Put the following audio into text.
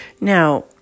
Now